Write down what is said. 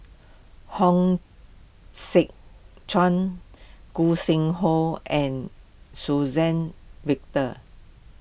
Hong Sek Chern Gog Sing Hooi and Suzann Victor